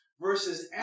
versus